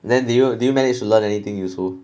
then do you do you manage to learn anything useful